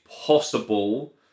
possible